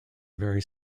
very